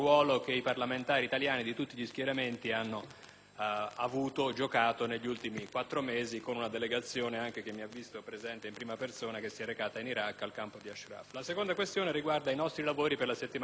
hanno avuto e giocato negli ultimi quattro mesi, anche attraverso una delegazione, che mi ha visto presente in prima persona, che si è recata in Iraq al campo di Ashraf. La seconda questione riguarda i nostri lavori della settimana prossima. Capisco che quanto ci è stato comunicato stamani